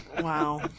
Wow